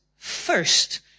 First